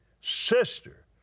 sister